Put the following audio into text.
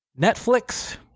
Netflix